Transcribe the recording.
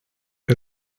her